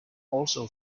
also